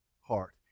heart